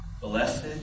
blessed